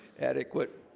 adequate